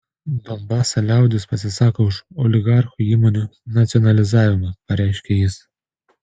donbaso liaudis pasisako už oligarchų įmonių nacionalizavimą pareiškė jis